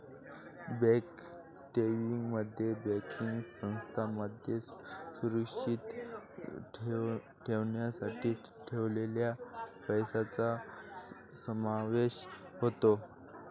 bank ठेवींमध्ये banking संस्थांमध्ये सुरक्षित ठेवण्यासाठी ठेवलेल्या पैशांचा समावेश होतो